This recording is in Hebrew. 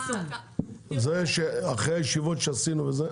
אחרי הישיבות שקיימנו,